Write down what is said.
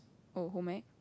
oh home ec